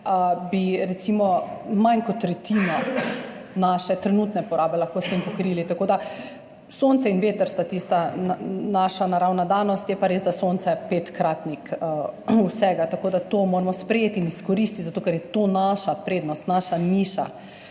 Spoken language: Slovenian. bi recimo manj kot tretjino naše trenutne porabe lahko pokrili s tem. Sonce in veter sta tisti naši naravni danosti, je pa res, da je sonce petkratnik vsega, tako da to moramo sprejeti in izkoristiti, zato ker je to naša prednost, naša niša.